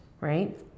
right